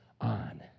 on